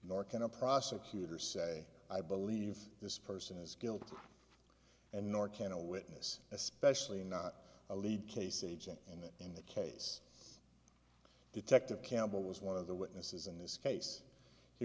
nor can a prosecutor say i believe this person is guilty and nor can a witness especially not a lead case agent in that in that case detective campbell was one of the witnesses in this case he